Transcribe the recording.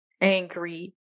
angry